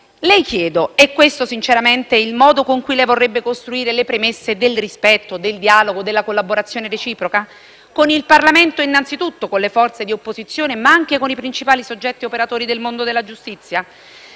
Le chiedo: è questo sinceramente il modo con cui vorrebbe costruire le premesse del rispetto, del dialogo e della collaborazione reciproca con il Parlamento innanzitutto, con le forze di opposizione, ma anche con i principali soggetti operatori del mondo della giustizia?